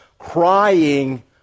crying